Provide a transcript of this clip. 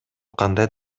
кандай